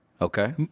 Okay